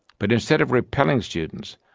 but instead of repelling students,